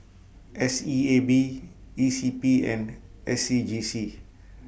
S E A B E C P and S C G C